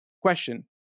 Question